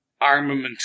armament